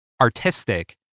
artistic